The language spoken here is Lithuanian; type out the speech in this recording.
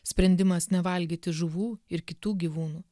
sprendimas nevalgyti žuvų ir kitų gyvūnų